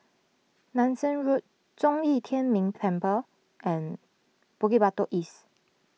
Nanson Road Zhong Yi Tian Ming Temple and Bukit Batok East